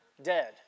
dead